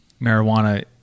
marijuana